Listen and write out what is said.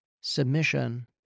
submission